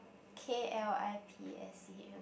k_l_i_p_s_c_h